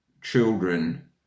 children